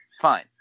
Fine